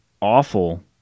awful